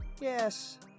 Yes